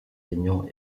aignan